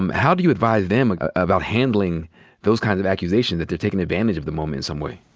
um how do you advise them about handling those kinds of accusations that they're taking advantage of the moment in some way?